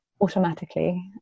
automatically